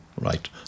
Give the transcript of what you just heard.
right